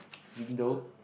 window